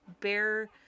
bear